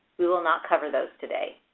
we will not cover those today.